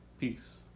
peace